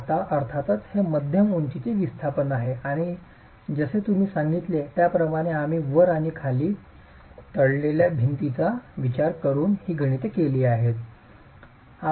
आता अर्थातच हे मध्यम उंचीचे विस्थापन आहे आणि जसे मी तुम्हाला सांगितले त्याप्रमाणे आम्ही वर आणि खाली तळलेल्या भिंतीचा विचार करून ही गणिते केली आहेत